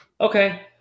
okay